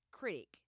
critic